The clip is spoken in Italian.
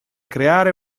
creare